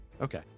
Okay